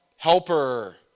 Helper